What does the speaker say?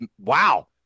wow